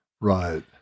right